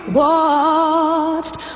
watched